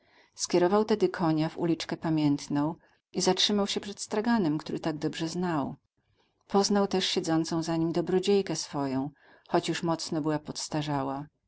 skierował tedy konia w uliczkę pamiętną i zatrzymał się przed straganem który tak dobrze znał poznał też siedzącą za nim dobrodziejkę swoją choć już mocno była